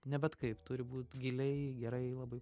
ne bet kaip turi būt giliai gerai labai